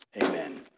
amen